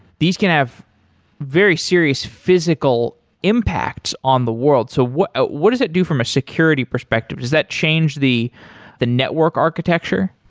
these can have very serious physical impacts on the world. so what what does it do from a security perspective? does that change the the network architecture?